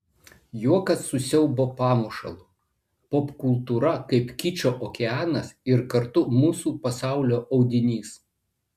juokas su siaubo pamušalu popkultūra kaip kičo okeanas ir kartu mūsų pasaulio audinys